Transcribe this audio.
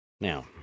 Now